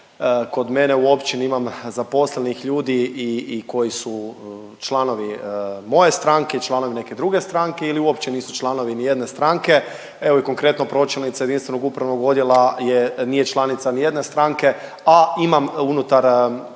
kod mene u općini imam zaposlenih ljudi i koji su članovi moje stranke i članovi neke druge stranke ili uopće nisu članovi nijedne stranke. Evo konkretno, pročelnica jedinstvenog upravnog odjela je nije članica nijedne stranke, a imam unutar